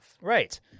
Right